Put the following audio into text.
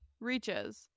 reaches